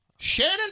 Shannon